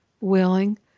willing